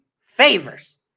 favors